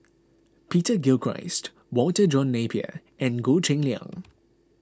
Peter Gilchrist Walter John Napier and Goh Cheng Liang